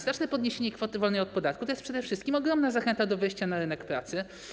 Znaczne podniesienie kwoty wolnej od podatku to przede wszystkim ogromna zachęta do wejścia na rynek pracy.